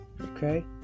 okay